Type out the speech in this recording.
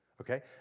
okay